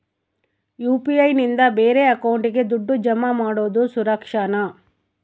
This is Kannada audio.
ಯು.ಪಿ.ಐ ನಿಂದ ಬೇರೆ ಅಕೌಂಟಿಗೆ ದುಡ್ಡು ಜಮಾ ಮಾಡೋದು ಸುರಕ್ಷಾನಾ?